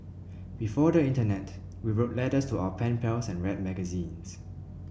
before the Internet we wrote letters to our pen pals and read magazines